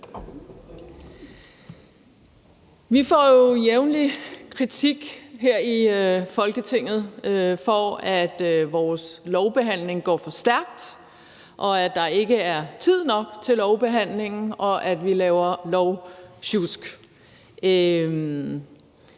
Vi får jo jævnligt kritik her i Folketinget for, at vores lovbehandling går for stærkt, at der ikke er tid nok til lovbehandlingen, og at vi laver lovsjusk.